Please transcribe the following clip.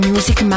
Music